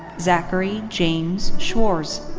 zachary james schwarz.